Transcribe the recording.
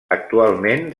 actualment